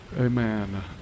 amen